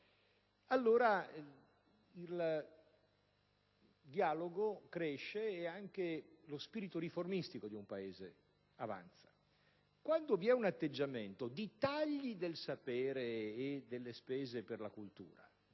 allora il dialogo cresce e anche lo spirito riformistico di un Paese avanza. Quando invece un atteggiamento di tagli del sapere e delle spese per la cultura